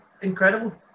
incredible